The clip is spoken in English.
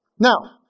Now